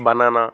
banana